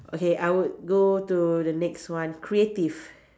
okay I would go to the next one creative